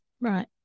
Right